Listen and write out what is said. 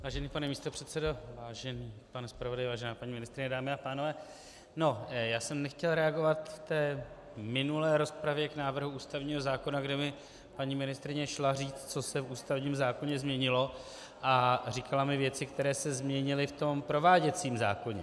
Vážený pane místopředsedo, vážený pane zpravodaji, vážená paní ministryně, dámy a pánové, já jsem nechtěl reagovat v té minulé rozpravě k návrhu ústavního zákona, kde mi paní ministryně šla říct, co se v ústavním zákoně změnilo, a říkala mi věci, které se změnily v tom prováděcím zákoně.